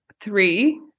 three